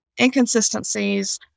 inconsistencies